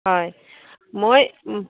হয় মই